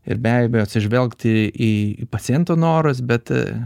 ir be abejo atsižvelgti į paciento norus bet